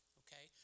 okay